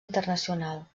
internacional